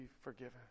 forgiven